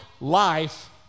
life